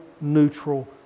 neutral